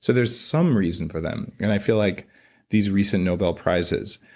so there's some reason for them and i feel like these recent nobel prizes,